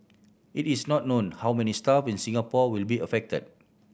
it is not known how many staff in Singapore will be affected